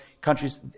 countries